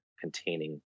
containing